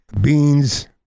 beans